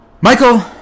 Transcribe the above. Michael